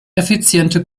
effiziente